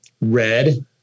Red